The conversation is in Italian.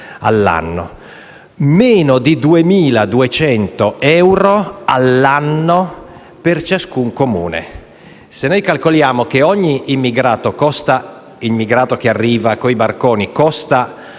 significa meno di 2.200 euro all'anno per ciascun Comune. Se calcoliamo che ogni immigrato che arriva con i barconi costa